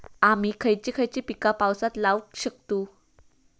आम्ही खयची खयची पीका पावसात लावक शकतु?